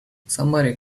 somebody